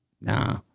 nah